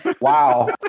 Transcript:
wow